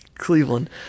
cleveland